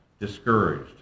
discouraged